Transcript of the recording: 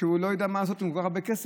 שהוא לא ידע מה לעשות עם כל כך הרבה כסף,